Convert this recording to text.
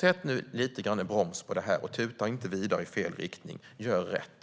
Dra nu lite i bromsen, och tuta inte vidare i fel riktning! Gör rätt!